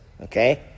Okay